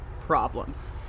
problems